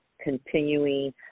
continuing